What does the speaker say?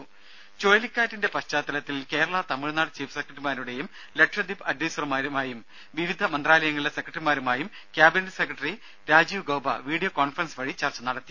ദ്ദേ ചുഴലിക്കാറ്റിന്റെ പശ്ചാത്തലത്തിൽ കേരള തമിഴ്നാട് ചീഫ് സെക്രട്ടറിമാരുമായും ലക്ഷദ്വീപ് അഡ്വൈസറുമായും വിവിധ മന്ത്രാലയങ്ങളിലെ സെക്രട്ടറിമാരുമായും cabinet secretary Rajiv Gauba video conference വഴി ചർച്ച നടത്തി